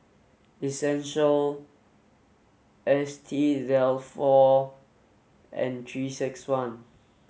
essential S T Dalfour and three six one